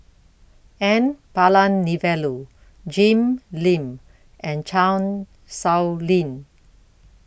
N Palanivelu Jim Lim and Chan Sow Lin